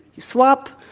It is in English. you swap,